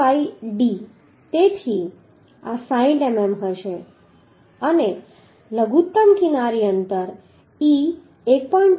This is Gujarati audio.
5d તેથી આ 60 મીમી હશે અને લઘુત્તમ કિનારી અંતર e 1